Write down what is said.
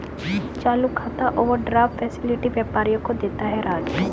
चालू खाता overdraft facility व्यापारियों को देता है राज